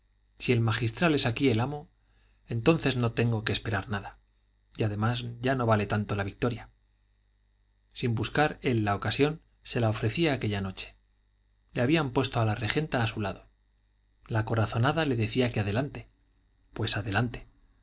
si el magistral es aquí el amo entonces no tengo que esperar nada y además ya no vale tanto la victoria sin buscar él la ocasión se la ofrecía aquella noche le habían puesto a la regenta a su lado la corazonada le decía que adelante pues adelante